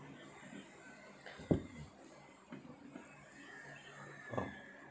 oh